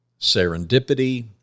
serendipity